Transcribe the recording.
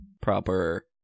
proper